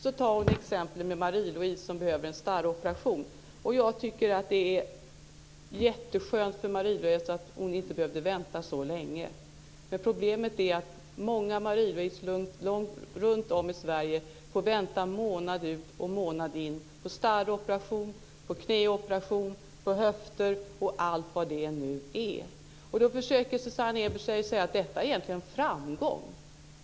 Så tar hon exemplet med Marie-Louise, som behöver en starroperation. Jag tycker att det är jätteskönt för Marie-Louise att hon inte behövde vänta så länge. Men problemet är att många Marie Louise runtom i Sverige får vänta månad ut och månad in på starroperation, knäoperation, höftoperation och allt vad det nu är. Då försöker Susanne Eberstein säga att detta egentligen är en framgång.